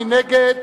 מי נגד?